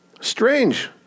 Strange